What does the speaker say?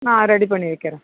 நான் ரெடி பண்ணி வைக்கிறேன்